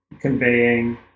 conveying